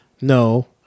no